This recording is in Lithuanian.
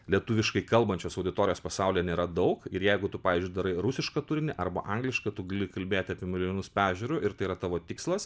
lietuviškai kalbančios auditorijos pasaulyje nėra daug ir jeigu tu pavyzdžiui darai rusišką turinį arba anglišką tu gali kalbėti apie milijonus peržiūrų ir tai yra tavo tikslas